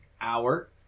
Hour